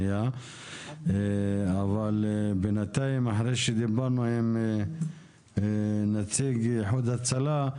אבל בנתיים, אחרי שדיברנו עם נציג איחוד הצלה,